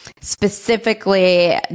specifically